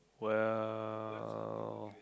well